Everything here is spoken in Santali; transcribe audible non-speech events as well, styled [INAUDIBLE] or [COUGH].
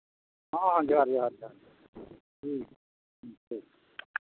ᱦᱮᱸ ᱦᱮᱸ ᱡᱚᱦᱟᱨ ᱡᱚᱦᱟᱨ ᱡᱚᱦᱟᱨ ᱴᱷᱤᱠ [UNINTELLIGIBLE] ᱴᱷᱤᱠ